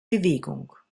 bewegung